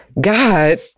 God